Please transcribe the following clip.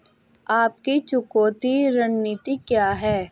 आपकी चुकौती रणनीति क्या है?